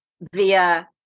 via